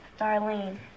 darlene